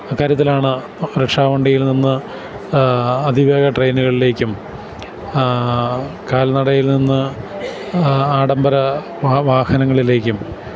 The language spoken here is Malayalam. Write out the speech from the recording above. അക്കാര്യത്തിലാണ് റിക്ഷാവണ്ടിയിൽ നിന്ന് അതിവേഗ ട്രെയിനുകളിലേക്കും കാൽനടയിൽ നിന്ന് ആഡംബര വാഹനങ്ങളിലേക്കും